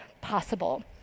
possible